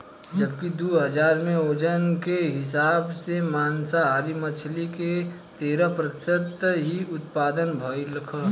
जबकि दू हज़ार में ओजन के हिसाब से मांसाहारी मछली के तेरह प्रतिशत ही उत्तपद भईलख